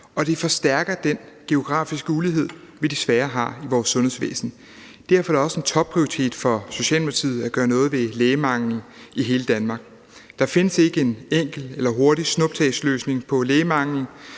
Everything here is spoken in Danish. og det forstærker den geografiske ulighed, vi desværre har i vores sundhedsvæsen. Derfor er det også en topprioritet for Socialdemokratiet at gøre noget ved lægemanglen i hele Danmark. Der findes ikke en enkel eller hurtig snuptagsløsning på lægemanglen.